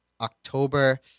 October